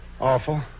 Awful